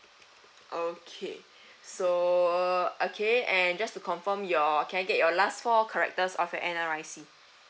okay so okay and just to confirm your can I get your last four characters of your N_R_I_C